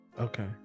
okay